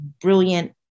brilliant